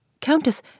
Countess